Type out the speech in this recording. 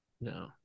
No